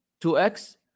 2X